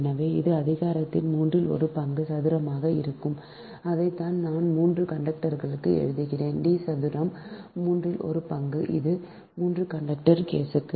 எனவே இது அதிகாரத்தின் மூன்றில் ஒரு பங்கு சதுரமாக இருக்கும் அதைத்தான் நான் 3 கண்டக்டர்களுக்கு எழுதுகிறேன் D சதுரம் மூன்றில் ஒரு பங்கு இது 3 கண்டக்டர் கேஸுக்கு